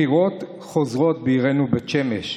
בחירות חוזרות, בעירנו בית שמש.